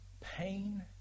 pain